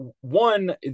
one